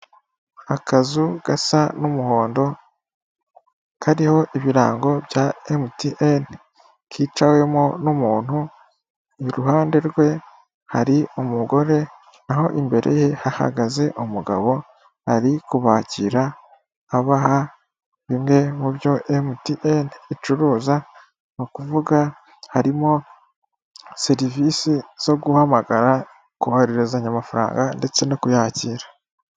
Akazu gasa n'umuhondo kariho ibirango bya emutiyene kicawemo n'umuntu, iruhande rwe hari umugore naho imbere ye hahagaze umugabo ari kubakira abaha bimwe mu byo emutiyene icuruza ni ukuvuga harimo serivisi zo guhamagara, kohererezanya amafaranga ndetse no kuyakira.